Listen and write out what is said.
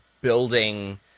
building